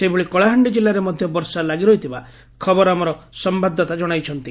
ସେହିଭଳି କଳାହାଣ୍ଡି କିଲ୍କାରେ ମଧ୍ଧ ବର୍ଷା ଲାଗିରହିଥିବା ଖବର ଆମ ସମ୍ୟାଦଦାତା ଜଣାଇଛନ୍ତି